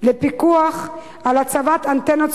לפיקוח על הצבת אנטנות סלולריות.